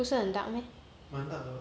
不是很 dark 的 meh